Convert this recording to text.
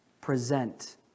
present